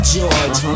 George